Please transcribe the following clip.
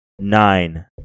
Nine